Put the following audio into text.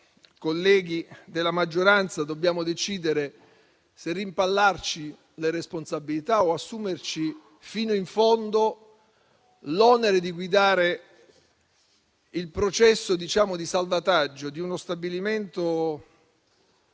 colleghi della maggioranza, dobbiamo decidere se rimpallarci le responsabilità o assumerci fino in fondo l'onere di guidare il processo di salvataggio di uno stabilimento